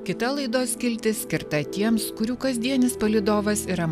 kita laidos skiltis skirta tiems kurių kasdienis palydovas yra